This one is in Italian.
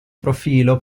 profilo